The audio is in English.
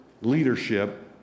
leadership